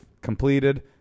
completed